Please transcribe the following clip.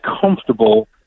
comfortable